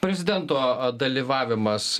prezidento dalyvavimas